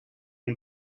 ont